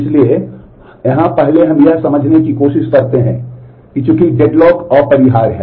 इसलिए यहां पहले हम यह समझने की कोशिश करते हैं कि चूंकि डेडलॉक अपरिहार्य हैं